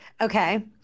Okay